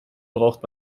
braucht